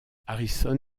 harrison